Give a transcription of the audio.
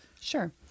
Sure